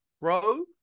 Bro